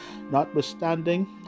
notwithstanding